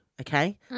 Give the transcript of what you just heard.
Okay